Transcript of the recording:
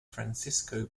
francisco